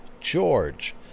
george